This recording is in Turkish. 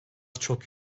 çok